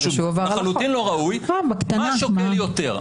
משהו לחלוטין לא ראוי מה שוקל יותר,